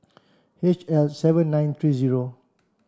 H L seven nine three zero